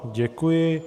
Děkuji.